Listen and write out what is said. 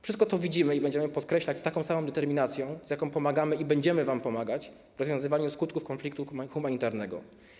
Wszystko to widzimy i będziemy podkreślać z taką samą determinacją, z jaką pomagamy i będziemy wam pomagać w rozwiązywaniu skutków kryzysu humanitarnego.